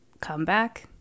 comeback